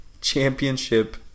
Championship